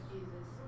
Jesus